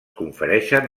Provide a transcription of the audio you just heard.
confereixen